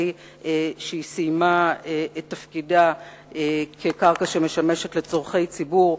שנסתיים תפקידה כקרקע שמשמשת לצורכי ציבור.